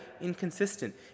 inconsistent